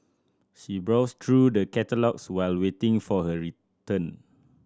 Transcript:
she browsed through the catalogues while waiting for her return